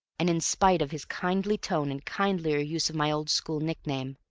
and in spite of his kindly tone and kindlier use of my old school nickname.